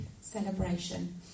celebration